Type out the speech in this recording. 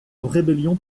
rébellion